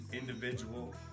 individual